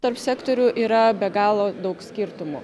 tarp sektorių yra be galo daug skirtumų